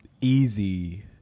easy